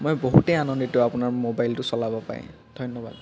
মই বহুতেই আনন্দিত আপোনাৰ মোবাইলটো চলাব পায় ধন্য়বাদ